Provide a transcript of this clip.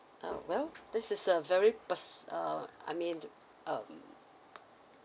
uh well this is a very pers~ uh I mean um